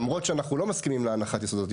למרות שאנחנו לא מסכימים להנחת היסוד הזאת,